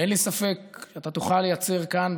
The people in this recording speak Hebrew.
אין לי ספק שאתה תוכל לייצר כאן,